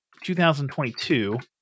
2022